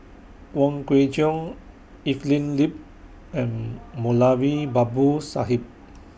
Wong Kwei Cheong Evelyn Lip and Moulavi Babu Sahib